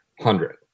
Hundred